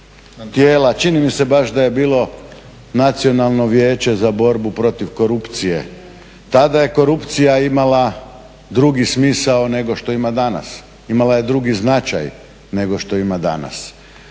tijela. Čini mi se baš da je bilo Nacionalno vijeće za borbu protiv korupcije. Tada je korupcija imala drugi smisao nego što ima danas, imala je drugi značaj nego što ima danas.